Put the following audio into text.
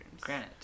Granite